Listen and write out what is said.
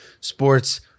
sports